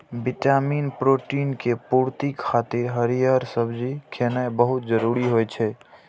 vitamin, protein के पूर्ति खातिर हरियर सब्जी खेनाय बहुत जरूरी होइ छै